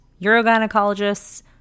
Urogynecologists